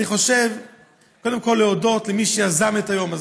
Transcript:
אני רוצה קודם כול להודות למי שיזם את היום הזה,